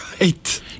Right